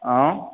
आं